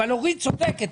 אבל אורית צודקת,